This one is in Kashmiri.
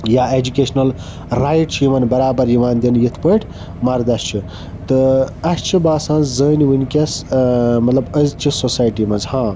یا ایٚجوکیشنَل رایٹ چھِ یِمَن بَرابَر یِوان دِنہٕ یِتھ پٲٹھۍ مَردَس چھِ تہٕ اسہِ چھُ باسان زٔنۍ وُنٛکیٚس ٲں مطلب أزچہِ سوسایٹی مَنٛز ہاں